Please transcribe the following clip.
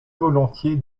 volontiers